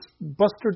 Buster